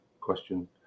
question